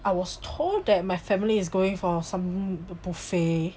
I was told that my family is going for some buffet